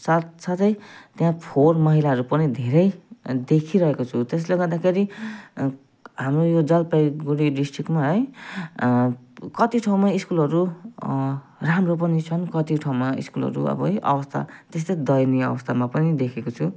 साथसाथै त्यहाँ फोहोर मैलाहरू पनि धेरै देखिरहेको छु त्यसले गर्दाखेरि हाम्रो यो जलपाइगुडी डिस्ट्रिकमा है कति ठाउँमा स्कुलहरू राम्रो पनि छन् कति ठाउँमा स्कुलहरू अब है अवस्था त्यस्तै दयनीय अवस्थामा पनि देखेको छु